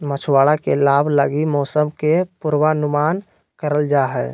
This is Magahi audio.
मछुआरा के लाभ लगी मौसम के पूर्वानुमान करल जा हइ